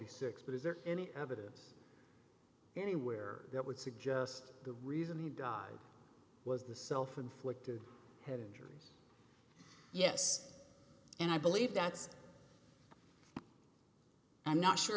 the six but is there any evidence anywhere that would suggest the reason he died was the self inflicted head injuries yes and i believe that's i'm not sure